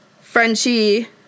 Frenchie